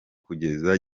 kugeza